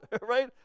right